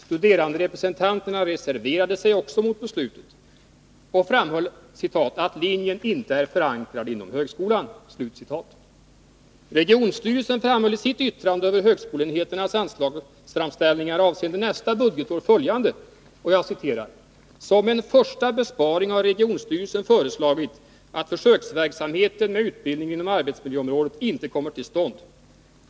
Studeranderepresentanterna reserverade sig mot beslutet och framhöll ”att linjen inte är förankrad inom högskolan”. Regionstyrelsen framhöll i sitt yttrande över högskoleenheternas anslagsframställningar avseende nästa budgetår följande: ”Som en första besparing har regionstyrelsen föreslagit att försöksverksamheten med utbildningen inom arbetsmiljöområdet inte kommer till stånd.